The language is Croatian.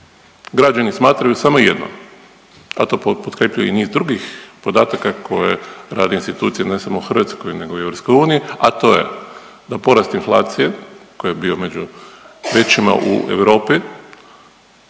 Građani smatraju samo jedno, a to potkrepljuje i niz drugih podataka koje rade institucije ne samo u Hrvatskoj nego i u EU, a to je da porast inflacije koji je bio među većima u Europi